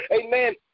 Amen